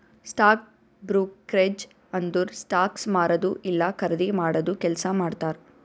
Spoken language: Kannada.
ಸ್ಟಾಕ್ ಬ್ರೂಕ್ರೆಜ್ ಅಂದುರ್ ಸ್ಟಾಕ್ಸ್ ಮಾರದು ಇಲ್ಲಾ ಖರ್ದಿ ಮಾಡಾದು ಕೆಲ್ಸಾ ಮಾಡ್ತಾರ್